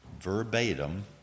verbatim